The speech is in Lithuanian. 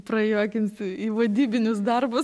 prajuokinsiu į vadybinius darbus